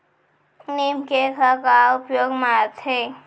नीम cake ह का उपयोग मा आथे?